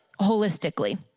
holistically